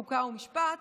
חוק ומשפט,